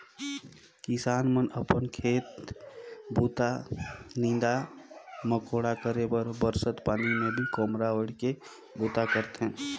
किसान मन अपन खेत बूता, नीदा मकोड़ा करे बर बरसत पानी मे खोम्हरा ओएढ़ के बूता करथे